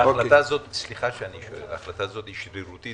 ההחלטה התא היא שרירותית?